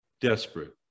desperate